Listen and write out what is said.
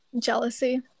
jealousy